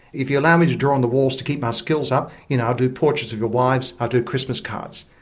if you allow me to draw on the walls to keep my skills up, you know, i'll do portraits of your wives i'll ah do christmas cards.